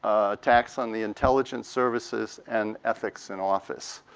attacks on the intelligence services and ethics in office.